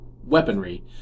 weaponry